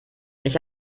ich